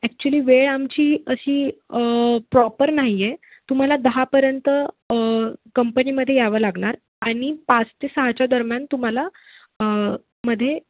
actually वेळ आमची अशी प्रॉपर नाही आहे तुम्हाला दहापर्यंत कंपनीमध्ये यावं लागणार आणि पाच ते सहाच्या दरम्यान तुम्हाला मध्ये